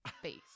face